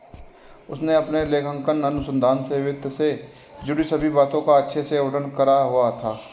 उसने अपने लेखांकन अनुसंधान में वित्त से जुड़ी सभी बातों का अच्छे से वर्णन करा हुआ था